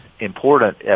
important